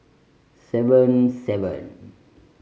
seven